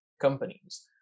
companies